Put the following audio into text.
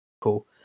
Cool